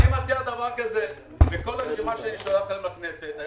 אני מציע שלכל רשימה שאני אביא לכנסת אני